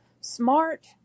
smart